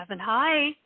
hi